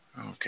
Okay